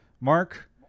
mark